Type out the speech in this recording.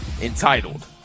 entitled